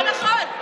לא נכון,